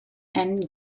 and